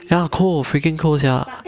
ya cold freaking cold sia